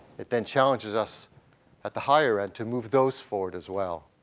it then challenges us at the higher end to move those forward as well.